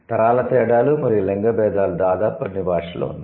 తరాల తేడాలు మరియు లింగ భేదాలు దాదాపు అన్ని భాషలలో ఉన్నాయి